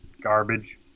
garbage